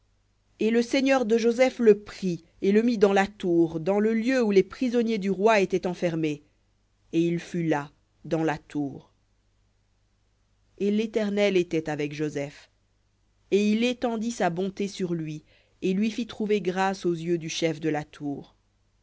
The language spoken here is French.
et le seigneur de joseph le prit et le mit dans la tour dans le lieu où les prisonniers du roi étaient enfermés et il fut là dans la tour et l'éternel était avec joseph et il étendit sa bonté sur lui et lui fit trouver grâce aux yeux du chef de la tour